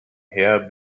heer